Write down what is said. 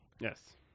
yes